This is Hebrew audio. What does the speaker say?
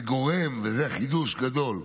וזה חידוש גדול: